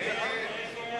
התשס"ט 2009,